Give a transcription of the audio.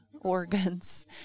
organs